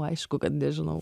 aišku kad nežinau